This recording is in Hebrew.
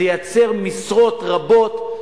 זה ייצר משרות רבות,